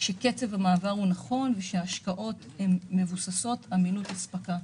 כאשר קצב המעבר הוא נכון וההשקעות הן מבוססות אמינות אספקה.